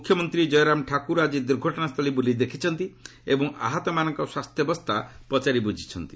ମୁଖ୍ୟମନ୍ତ୍ରୀ ଜୟରାମ ଠାକୁର ଆକି ଦୁର୍ଘଟଣା ସ୍ଥଳୀ ବୁଲି ଦେଖିଛନ୍ତି ଏବଂ ଆହତମାନଙ୍କ ସ୍ୱାସ୍ଥ୍ୟାବସ୍ତା ପଚାରି ବୁଝିଛନ୍ତି